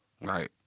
Right